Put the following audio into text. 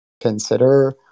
consider